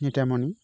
नितामनि